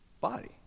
body